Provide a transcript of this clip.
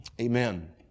Amen